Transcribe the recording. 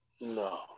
No